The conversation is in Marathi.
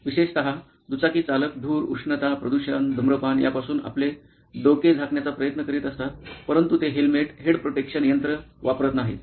विशेषत दुचाकी चालक धूर उष्णता प्रदूषण धूम्रपान यापासून आपले डोके झाकण्याचा प्रयत्न करीत असतात परंतु ते हेल्मेट हेड प्रोटेक्शन यंत्र वापरत नाहीत